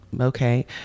okay